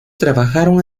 trabajaron